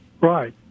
Right